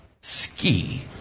ski